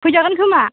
फैजागोन खोमा